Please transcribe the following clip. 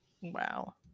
Wow